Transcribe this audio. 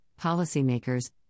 policymakers